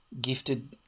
gifted